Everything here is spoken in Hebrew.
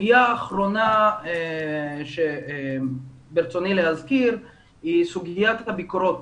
וסוגיה אחרונה שברצוני להזכיר היא סוגיית הביקורות